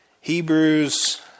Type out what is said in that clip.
Hebrews